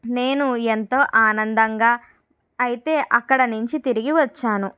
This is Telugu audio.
నేను ఎంతో ఆనందంగా అయితే అక్కడ నుంచి తిరిగి వచ్చాను